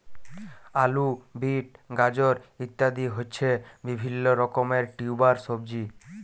আলু, বিট, গাজর ইত্যাদি হচ্ছে বিভিল্য রকমের টিউবার সবজি